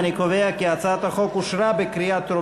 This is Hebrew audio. את הצעת חוק מידע גנטי (תיקון,